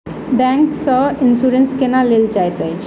bank सँ insurance केना लेल जाइत अछि